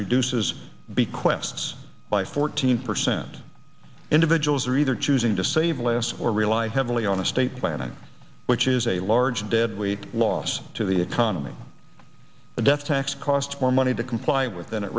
reduces bequests by fourteen percent individuals are either choosing to save less or rely heavily on estate planning which is a large dead weight loss to the economy a death tax cost more money to comply with than it